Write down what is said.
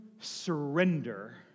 surrender